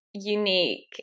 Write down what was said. Unique